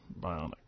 Bionic